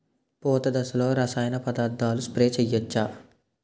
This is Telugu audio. పూత దశలో రసాయన పదార్థాలు స్ప్రే చేయచ్చ?